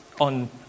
on